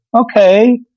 okay